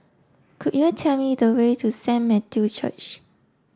could you tell me the way to Saint Matthew Church